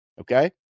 okay